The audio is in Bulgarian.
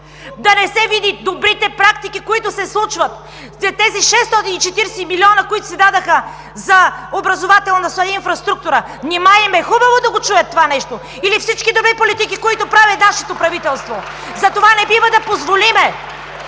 да не се видят добрите практики, които се случват след тези 640 милиона, които се дадоха за образователна инфраструктура! Нима им е хубаво да го чуят това нещо (ръкопляскания от ГЕРБ)? Или всички добри политики, които прави нашето правителство? Затова не бива да позволим